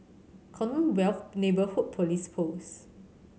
Commonwealth Neighbourhood Police Post